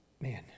man